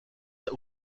der